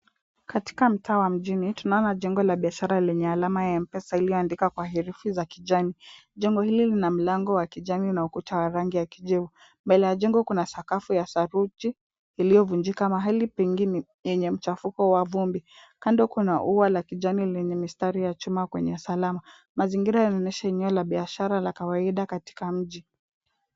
Katika mtaa wa mjini tunaona jengo la biashara lenye alama ya M-Pesa iliyoandikwa kwa herufi za kijani. Jengo hili lina mlango wa kijani na ukuta wa rangi ya kijivu . Mbele ya jengo kuna sakafu ya saruji iliyovunjika. Mahali pengine penye mchafuko wa vumbi. Kando kuna ua la kijani lenye mistari ya chuma kwenye salama. Mazingira yanaonyesha eneo la biashara la kawaida katika mji.